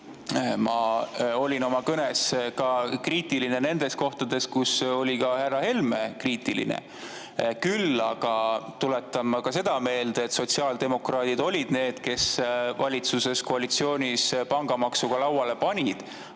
ma olin oma kõnes ka kriitiline nendes kohtades, kus oli ka härra Helme kriitiline. Küll aga tuletan ma ka seda meelde, et sotsiaaldemokraadid olid need, kes valitsuskoalitsioonis pangamaksu lauale panid.